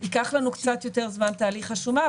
ייקח לנו קצת יותר זמן תהליך השומה,